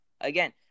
again